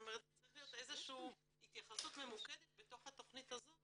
צריכה להיות התייחסות ממוקדמת בתוך התכנית הזאת.